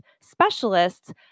specialists